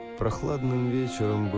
for a short